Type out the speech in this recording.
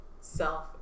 self